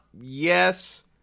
Yes